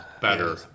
Better